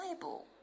Bible